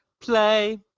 Play